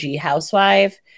housewife